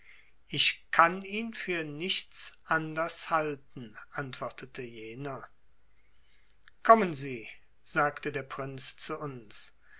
ich kann ihn für nichts anders halten antwortete jener kommen sie sagte der prinz zu uns